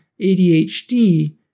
ADHD